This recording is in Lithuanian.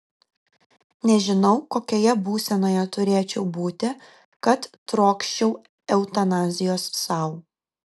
nežinau kokioje būsenoje turėčiau būti kad trokščiau eutanazijos sau